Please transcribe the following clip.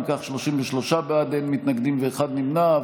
אם כך, 33 בעד, אין מתנגדים ואחד נמנע.